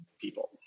people